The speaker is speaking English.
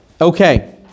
Okay